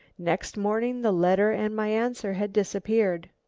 next morning the letter and my answer had disappeared.